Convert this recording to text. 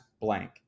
blank